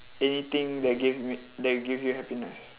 anything that give m~ that will give you happiness